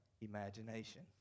imagination